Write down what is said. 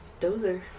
Dozer